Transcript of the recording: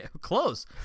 Close